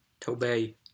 Toby